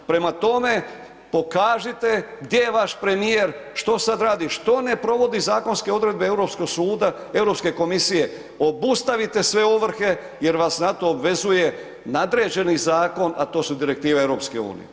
Prema tome, pokažite gdje je vaš premijer, što sad radi, što ne provodi zakonske odredbe EU suda, EU komisije, obustavite sve ovrhe jer vas na to obvezuje nadređeni zakon, a to su direktive EU.